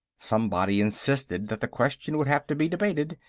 somebody insisted that the question would have to be debated,